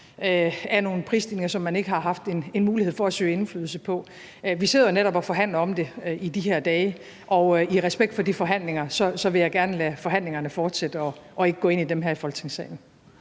af nogle prisstigninger, som man ikke har haft en mulighed for at søge indflydelse på. Vi sidder jo netop og forhandler om det i de her dage, og i respekt for de forhandlinger vil jeg gerne lade forhandlingerne fortsætte og ikke gå ind i dem her i Folketingssalen.